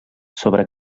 sobre